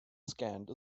scanned